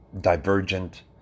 divergent